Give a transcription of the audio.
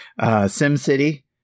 SimCity